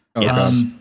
yes